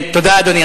תודה, אדוני.